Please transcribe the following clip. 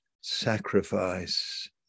sacrifice